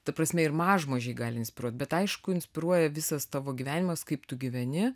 ta prasme ir mažmožiai gali inspiruot bet aišku inspiruoja visas tavo gyvenimas kaip tu gyveni